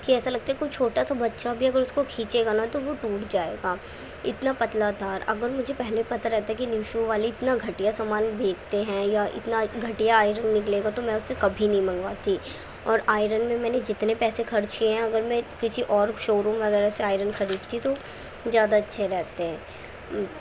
ایسا لگتا ہے کہ کوئی چھوٹا سا بچہ بھی اگر اس کو کھینچے گا نا تو وہ ٹوٹ جائے گا اتنا پتلا تار اگر مجھے پہلے پتہ رہتا تو کہ میشو والے اتنا گھٹیا سامان بیچتے ہیں یا اتنا گھٹیا آئرن نکلے گا تو میں اس سے کبھی نہیں منگواتی اور آئرن میں میں نے جتنے پیسے خرچ کیے ہیں اگر میں کسی اور شو روم وغیرہ سے آئرن خریدتی تو زیادہ اچھے رہتے